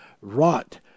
wrought